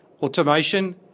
automation